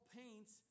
paints